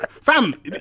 fam